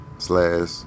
Slash